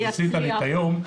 עשית לי את היום.